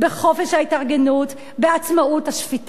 בחופש ההתארגנות, בעצמאות השפיטה.